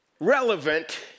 relevant